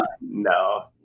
no